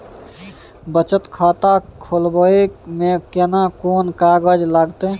बचत खाता खोलबै में केना कोन कागज लागतै?